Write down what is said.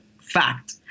fact